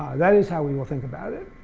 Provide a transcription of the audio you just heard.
that is how we will think about it.